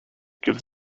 gives